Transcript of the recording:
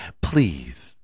Please